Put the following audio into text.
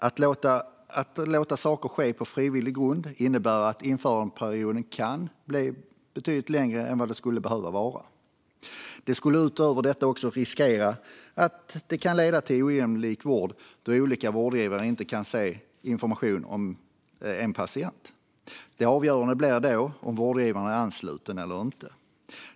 Att låta saker ske på frivillig grund innebär att införandeperioden kan bli betydligt längre än vad den skulle behöva vara. Det skulle utöver detta också riskera att leda till ojämlik vård, då olika vårdgivare inte kan se information om en patient. Det avgörande blir då om vårdgivaren är ansluten eller inte.